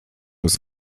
ist